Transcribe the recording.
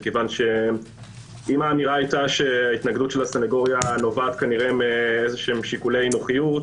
כי אם האמירה היתה שהתנגדות הסנגוריה נובעת משיקולי נוחיות,